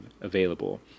Available